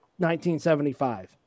1975